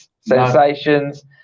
Sensations